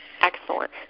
Excellent